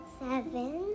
seven